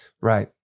Right